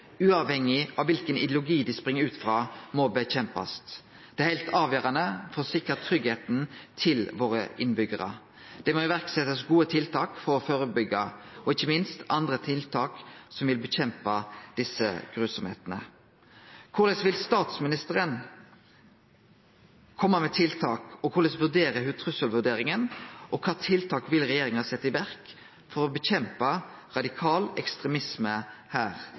uavhengig av kva for ideologi det spring ut frå. Det er heilt avgjerande for å sikre tryggleiken til våre innbyggjarar. Det må setjast i verk gode tiltak for å førebyggje og ikkje minst andre tiltak som vil kjempe mot denne brutaliteten. Korleis vil statsministeren kome med tiltak, korleis vurderer ho trusselvurderinga, og kva for tiltak vil regjeringa setje i verk for å kjempe mot radikal ekstremisme her